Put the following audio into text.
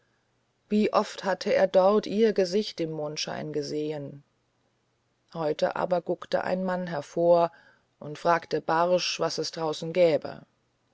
wie oft hatte er dort ihr gesicht im mondschein gesehen heut aber guckte ein mann hervor und fragte barsch was es draußen gäbe